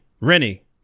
Rennie